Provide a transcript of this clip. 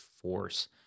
force